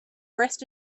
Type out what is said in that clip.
rest